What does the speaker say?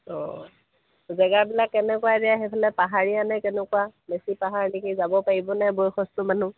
অঁ জেগাবিলাক কেনেকুৱা এতিয়া সেইফালে পাহাৰীয়ানে কেনেকুৱা বেছি পাহাৰ নেকি যাব পাৰিব নাই বয়সস্থ মানুহ